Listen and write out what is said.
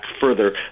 further